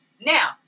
Now